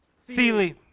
seeley